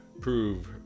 prove